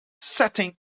setting